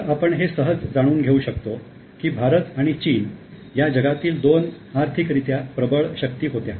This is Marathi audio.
तर आपण हे सहज जाणून घेऊ शकतो की भारत आणि चीन या जगातील दोन आर्थिकरित्या प्रबळ शक्ती होत्या